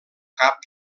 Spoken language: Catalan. cap